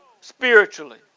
spiritually